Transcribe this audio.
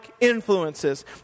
influences